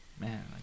man